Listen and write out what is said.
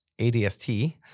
ADST